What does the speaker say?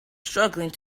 struggling